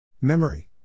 Memory